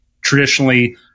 traditionally